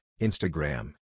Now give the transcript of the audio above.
Instagram